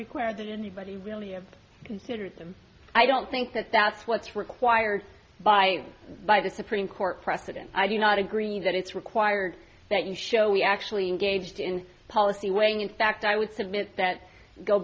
required that anybody really of considered him i don't think that that's what's required by by the supreme court precedent i do not agree that it's required that you show we actually engaged in policy weighing in fact i would submit that go